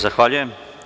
Zahvaljujem.